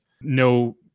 no